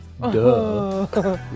Duh